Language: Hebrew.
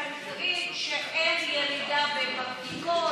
הרפואית שאין ירידה בבדיקות,